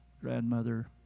grandmother